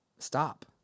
stop